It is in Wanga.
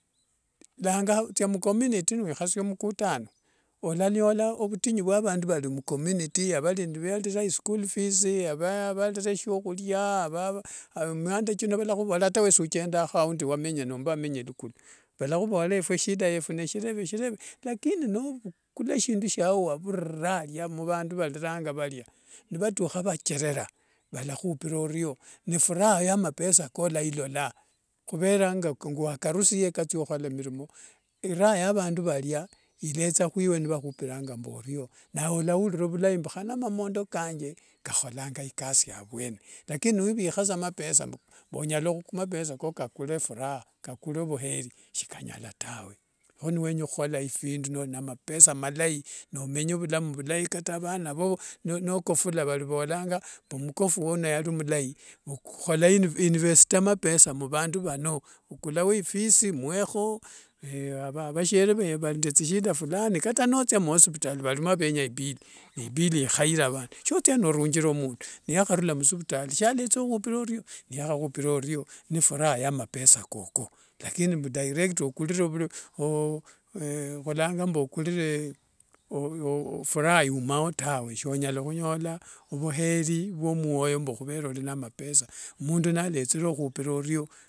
Langa thia mucommunity niwikhasia mukutano olanyola vutinyu vwa vandu vari mucommunity varira i school fees avarira eshokhuria kata ewesi ochendakho nomba wamenga elukulu valakhuvorera efwe ishida yetu ni shireve lakini novukula shindu shiao wavurira aria mu vandu vauriranga varia nivatukha nivacherera vala khuvoraa orio nifura ya mapesa kao olalola khuvera ngiwarusie nikathia khukhola mirimo iraa ya vandu varia iletsa khuewe nivakhupiranga mbu orio nawe olaurira vulai mbu khane mamondo kange kakholanga ikasi avwene lakini niwivukha saa mapesa ko kakule furaha kakule vukheri shikanyala taawe kho niwenya khukhola phindu nori na mapesa malai nomenye vulamu vulai kata vana vho nokofula arivolanga mukofu uno yari mulai investa mapesa muvandu vano vukula we ifisi mwekho vashere vari ende tsishida fulani kata nothia muosivitali varimo venya ibill ni bill ikhaire avandu shothiaa norungira mundu niyakharula muosivitali siyaletsa khupira orio niyakhakhupira orio nifura ha ya mapesa koko lakini mbu director furaha yumao tawe sonyala khunyola vukheri vuomuoyo mbu khuvera ori na mapesa tawwe mundu nialethere khukhupira orio.